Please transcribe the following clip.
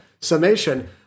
summation